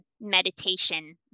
meditation